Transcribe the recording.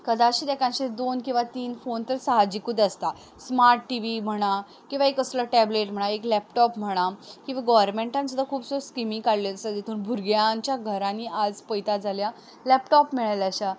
कदाचीत एकाची दोन किंवां तीन फोन तर साहजिकच आसता स्मार्ट टि वी म्हणा किंवां कसलोय टॅबलेट म्हणा किंवां लॅबटोप म्हणा किंवां गोवोरमेंटान सुद्दां खुबश्यो स्किमी काडलेल्यो आसा तितून भुरग्यांच्या घरांनी आज पळयता जाल्यार लॅबटॉप मेळ्ळे आसा